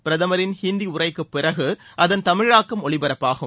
பிரதமரின் ஹிந்தி உரைக்குப் பிறகு அதன் தமிழாக்கம் ஒலிபரப்பாகும்